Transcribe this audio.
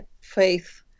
faith